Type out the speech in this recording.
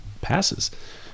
passes